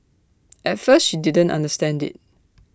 at first she didn't understand IT